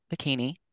bikini